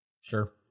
Sure